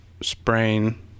sprain